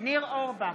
ניר אורבך,